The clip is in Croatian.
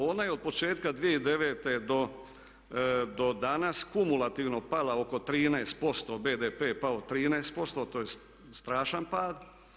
Ona je od početka 2009. do danas kumulativno pala oko 13%, BDP je pao 13% to je strašan pad.